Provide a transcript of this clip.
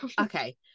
Okay